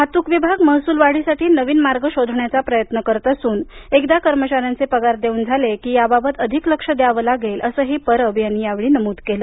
वाहतूक विभाग महसूल वाढीसाठी नवीन मार्ग शोधण्याचा प्रयत्न करत असून एकदा कर्मचाऱ्यांचे पगार देऊन झाले की याबाबत अधिक लक्ष द्यावे लागेल असंही परब यांनी नमूद केलं